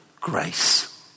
grace